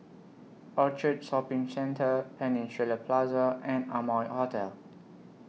Orchard Shopping Centre Peninsula Plaza and Amoy Hotel